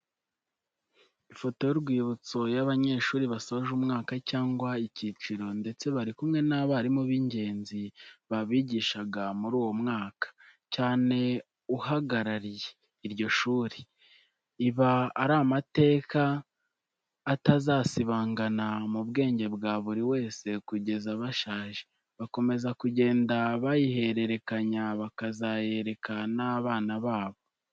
Ifoto y'urwibutso y'abanyeshuri basoje umwaka cyangwa icyiciro ndetse bari kumwe n'abarimu b'ingenzi babigishaga muri uwo mwaka cyane uhagarariye iryo shuri, iba ari amateka atazasibangana mu bwenge bwa buri wese kugeza bashaje, bakomeza kugenda bayihererekanya, bakazayereka n'abana babo.